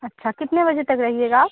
अच्छा कितने बजे तक रहिएगा आप